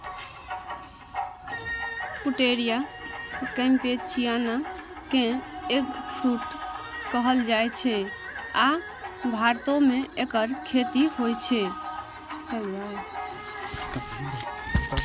Pouteria campechiana कें eggfruit कहल जाइ छै, आ भारतो मे एकर खेती होइ छै